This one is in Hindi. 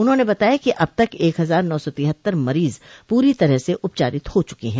उन्होंने बताया कि अब तक एक हजार नौ सौ तिहत्तर मरीज पूरी तरह से उपचारित हो चुके हैं